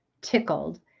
tickled